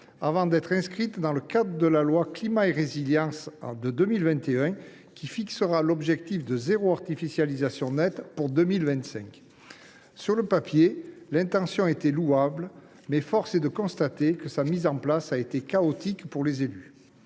face à ses effets, dite loi Climat et Résilience, qui fixa l’objectif zéro artificialisation nette pour 2025. Sur le papier, l’intention était louable, mais force est de constater que sa mise en place a été chaotique pour les élus.